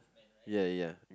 ya ya